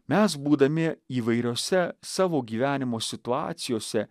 mes būdami įvairiose savo gyvenimo situacijose